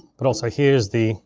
but also, here's the